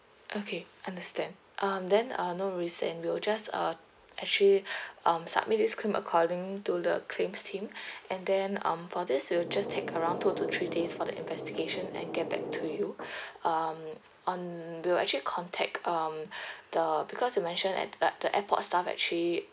okay understand um then uh no risk and we'll just uh actually um submit this claim according to the claims team and then um for this we'll just take around two to three days for the investigation and get back to you um on we'll actually contact um the because you mentioned a~ the the airport staff actually